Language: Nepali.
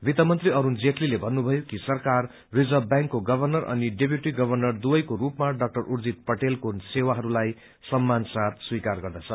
वित्त मन्त्री असूण जेटलीले भन्नुभयो कि सरकार रिजर्व ब्यांकको गवर्नर अनि डिप्यूटी गवर्नर दुवैको रूपमा डा उर्जित पटेलको सेवाहरूताई सम्मान साथ स्वीकार गर्दछ